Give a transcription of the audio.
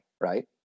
right